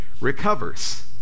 recovers